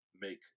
make